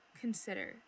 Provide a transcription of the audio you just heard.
consider